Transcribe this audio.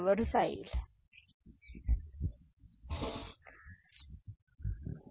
तर येथे आपण हे पाहू शकता म्हणजे हे आपले 1 1 हे 0 आहे येथे येत आहे हे वजाबाकी 0 आहे हे वजाबाकी 0 सर्व ठीक आहे